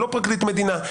לא פרקליט מדינה?